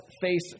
face